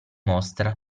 mostra